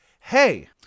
hey